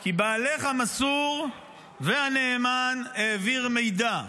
כי בעלך המסור והנאמן העביר מידע.